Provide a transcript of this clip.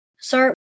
Sir